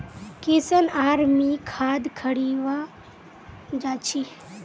किशन आर मी खाद खरीवा जा छी